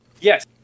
Yes